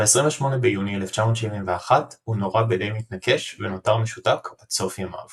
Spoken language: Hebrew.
ב-28 ביוני 1971 הוא נורה בידי מתנקש ונותר משותק עד סוף ימיו.